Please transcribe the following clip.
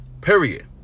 period